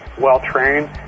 well-trained